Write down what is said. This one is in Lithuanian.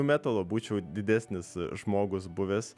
metalo būčiau didesnis žmogus buvęs